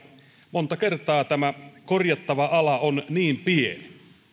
monta kertaa tämä korjattava ala on niin pieni